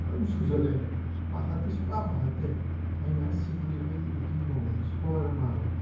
ꯑꯗꯨꯝ ꯁꯨꯖꯜꯂꯛꯑꯦ ꯄꯥꯈꯠꯇꯤ ꯁꯨꯡꯄꯥ ꯄꯥꯈꯠꯇꯦ ꯑꯩꯅ ꯁꯤꯗꯤ ꯑꯩꯒꯤ ꯎꯠꯇꯤ ꯊꯣꯡꯕꯁꯤ ꯁꯣꯏꯔ ꯃꯥꯜꯂꯦ